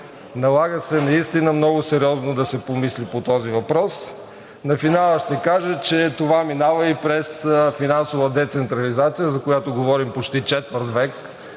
Налага се много сериозно да се помисли по този въпрос. На финала ще кажа, че това минава и през финансова децентрализация, за която говорим почти четвърт век,